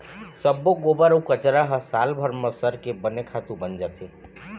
सब्बो गोबर अउ कचरा ह सालभर म सरके बने खातू बन जाथे